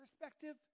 perspective